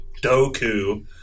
Doku